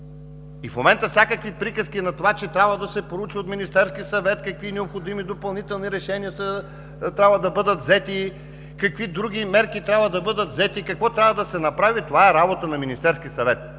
оборудване. Всякакви приказки за това, че трябва да се проучи от Министерския съвет какви необходими допълнителни решения трябва да бъдат взети, какви други мерки трябва да бъдат взети, какво трябва да се направи – това е работа на Министерския съвет,